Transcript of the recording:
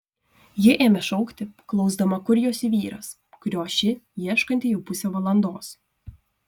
ji ėmė šaukti klausdama kur jos vyras kurio ši ieškanti jau pusę valandos